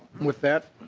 with that